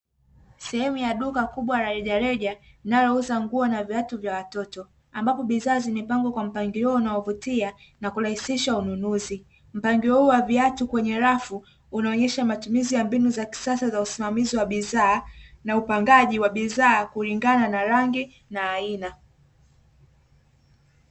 Sehemu ya duka kubwa la rejareja linalouza nguo na viatu vya watoto ambapo bidhaa zimepangwa kwa mpangilio unaovutia na kurahisisha unununuzi, mpangilio huu wa viatu kwenye rafu unaonyesha matumizi ya mbinu za kisasa za usimamizi wa bidhaa na upangaji wa bidhaa kulingana na rangi na aina.